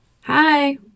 Hi